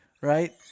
Right